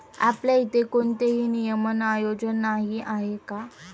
आपल्या इथे कोणतेही नियमन आयोग नाही आहे का?